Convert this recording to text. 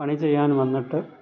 പണി ചെയ്യാൻ വന്നിട്ട്